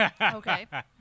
okay